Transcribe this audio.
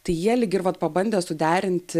tai jie lyg ir vat pabandė suderinti